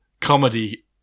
comedy